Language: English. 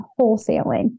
wholesaling